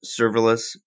serverless